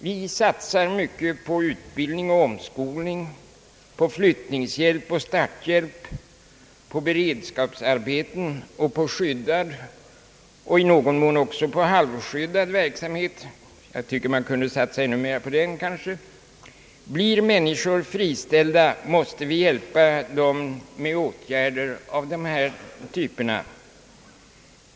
Vi satsar mycket på utbildning och omskolning, på flyttningshjälp och starthjälp, på beredskapsarbeten och på skyddad — i någon mån också på halvskyddad — verksamhet. Jag tycker man kunde satsa ännu mera på den senare. Blir människor friställda måste vi hjälpa dem med åtgärder av de här typerna.